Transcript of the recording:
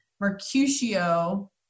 Mercutio